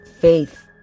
faith